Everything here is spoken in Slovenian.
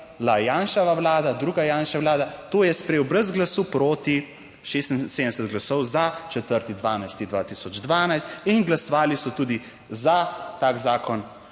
Janševa vlada, druga Janševa Vlada, to je sprejel brez glasu proti 76 glasov za 4. 12. 2012 in glasovali so tudi za tak zakon